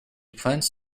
plans